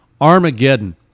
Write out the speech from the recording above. Armageddon